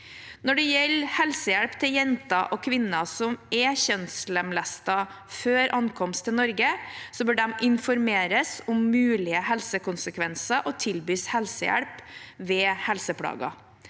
Når det gjelder helsehjelp til jenter og kvinner som er kjønnslemlestet før ankomst til Norge, bør de informeres om mulige helsekonsekvenser og tilbys helsehjelp ved helseplager.